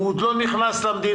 הוא עוד לא נכנס למדינה,